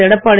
Edappadi